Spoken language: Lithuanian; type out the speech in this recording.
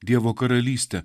dievo karalystę